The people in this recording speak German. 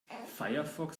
firefox